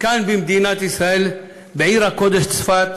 כאן במדינת ישראל, בעיר הקודש צפת,